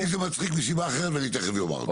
אותי זה מצחיק מסיבה אחרת ואני תיכף אומר אותה.